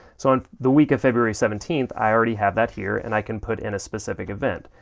so, in the week of february seventeenth, i already have that here and i can put in a specific event.